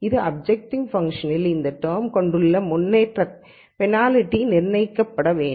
இது அப்ஜெக்டிவ் ஃபங்ஷனின் இந்த டெர்ம் கொண்டுள்ள முன்னேற்றத்தால் பெனால்டி நிர்ணயிக்கப்பட வேண்டும்